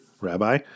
rabbi